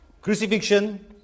Crucifixion